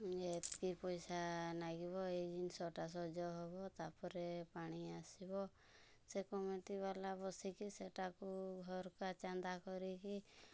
ଏତିକି ପଇସା ଲାଗିବ ଏଇ ଜିନିଷ୍ଟା ସଜ ହବ ତା'ପରେ ପାଣି ଆସିବ ସେ କମିଟିବାଲା ବସିକି ସେଇଟାକୁ ଘରକୁ ଚାନ୍ଦା କରି କି